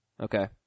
Okay